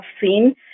seen